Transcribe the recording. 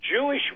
Jewish